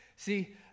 See